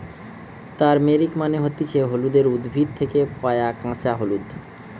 turmeric মানে হতিছে হলুদের উদ্ভিদ থেকে পায়া কাঁচা হলুদ